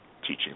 teaching